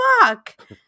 fuck